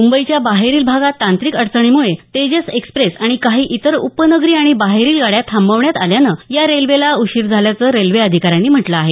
मुंबईच्या बाहेरील भागात तांत्रिक अडचणीमुळे तेजस एक्स्प्रेस आणि काही इतर उपनगरी आणि बाहेरील गाड्या थांबविण्यात आल्यानं या रेल्वेला उशीर झाल्याचं रेल्वे अधिकाऱ्यानी म्हटलं आहे